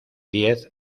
diez